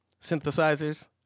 synthesizers